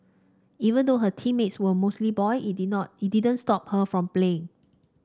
even though her teammates were mostly boy it did not it didn't stop her from playing